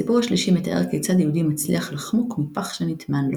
הסיפור השלישי מתאר כיצד יהודי מצליח לחמוק מפח שנטמן לו,